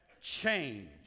change